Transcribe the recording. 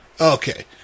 Okay